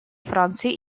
франции